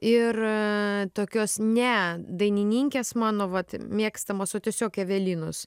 ir tokios ne dainininkės mano vat mėgstamos o tiesiog evelinos